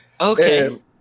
Okay